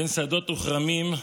בין שדות וכרמים,